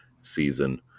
season